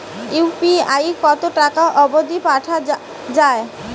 UPI কতো টাকা অব্দি পাঠা যায়?